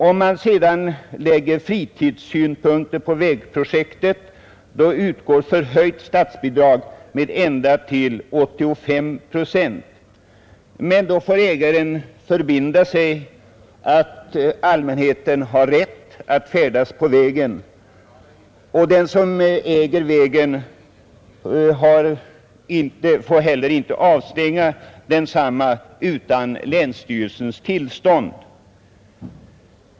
Om man sedan anlägger fritidssynpunkter på vägprojektet, utgår förhöjt statsbidrag med ända upp till 85 procent. I sådana fall får ägaren förbinda sig att ge allmänheten rätt att färdas på vägen. Ägaren av vägen får inte heller avstänga den utan länsstyrelsens tillstånd.